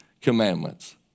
commandments